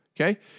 okay